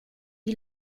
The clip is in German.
die